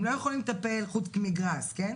הם לא לטפל חוץ מגראס, כן?